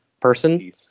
person